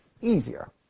easier